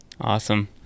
awesome